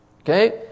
Okay